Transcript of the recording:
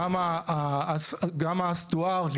שם גם האסטואר,